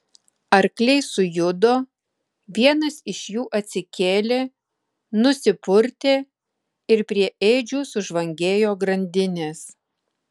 arkliai sujudo vienas iš jų atsikėlė nusipurtė ir prie ėdžių sužvangėjo grandinės